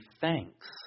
thanks